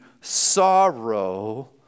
sorrow